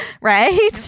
Right